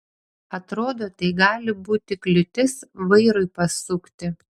atrodo tai gali būti kliūtis vairui pasukti